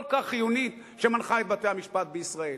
כך חיונית שמנחה את בתי-המשפט בישראל.